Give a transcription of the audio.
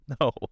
No